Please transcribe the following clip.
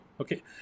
okay